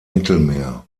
mittelmeer